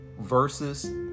versus